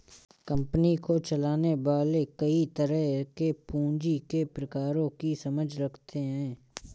company को चलाने वाले कई तरह के पूँजी के प्रकारों की समझ रखते हैं